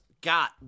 got